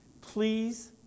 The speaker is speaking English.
Please